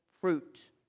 fruit